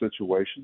situation